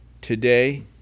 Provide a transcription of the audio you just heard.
today